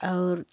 और